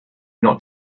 not